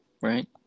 right